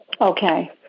Okay